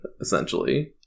essentially